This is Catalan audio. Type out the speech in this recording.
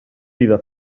vida